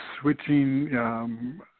switching